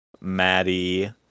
Maddie